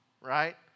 Right